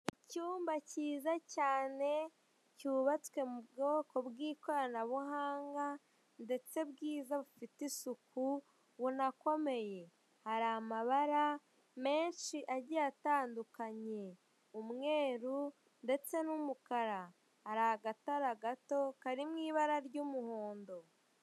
Icyumba kiza cyane cyubatswe mu bwoko bw'ikoranabuhanga ndetse bwiza bufite isuku bunakomeye. Hari amabara menshi agiye atandukanye: umweru ndetse n'umukara hari agatara gato kari mw'ibara ry'umuhondo.